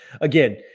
again